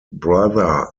brother